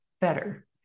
better